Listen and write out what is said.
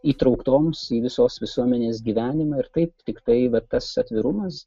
įtrauktoms į visos visuomenės gyvenimą ir taip tiktai vat tas atvirumas